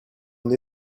une